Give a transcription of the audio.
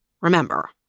Remember